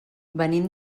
venim